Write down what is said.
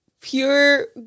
pure